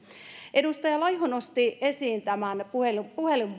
edustaja laiho nosti esiin